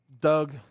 Doug